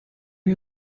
wir